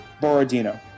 Borodino